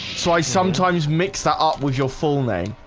so i sometimes mix that up with your full name